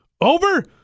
over